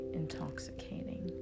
intoxicating